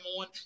on